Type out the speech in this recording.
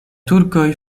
turkoj